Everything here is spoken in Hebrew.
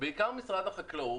בעיקר משרד החקלאות.